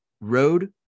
road